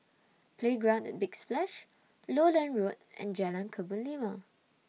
Playground At Big Splash Lowland Road and Jalan Kebun Limau